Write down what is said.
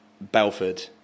Belford